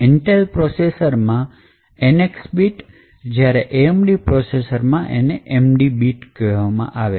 Intel processor માં અને NX bit જ્યારે AMD પ્રોસેસર માં એને ND કહેવામાં આવે છે